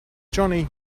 johnny